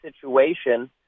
situation